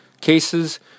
cases